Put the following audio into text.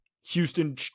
Houston